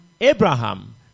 Abraham